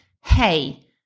hey